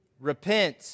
Repent